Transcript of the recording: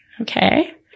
Okay